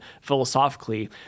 philosophically